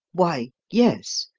why, yes.